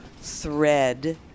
thread